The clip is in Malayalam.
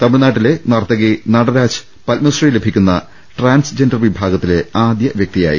തമിഴ്നാട്ടിൽനി ന്നുള്ള നർത്തകി നടരാജ് പത്മശ്രീ ലഭിക്കുന്ന ട്രാൻസ്ജെൻഡർ വിഭാഗ ത്തിലെ ആദ്യവ്യക്തിയായി